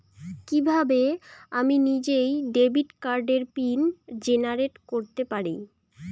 কিভাবে আমি নিজেই ডেবিট কার্ডের পিন জেনারেট করতে পারি?